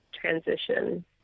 transition